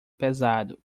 pesado